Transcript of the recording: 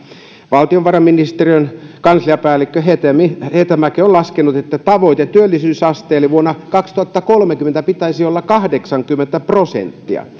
valtiovarainministeriön kansliapäällikkö hetemäki on laskenut että tavoitteen työllisyysasteelle vuonna kaksituhattakolmekymmentä pitäisi olla kahdeksankymmentä prosenttia